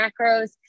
macros